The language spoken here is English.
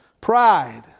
Pride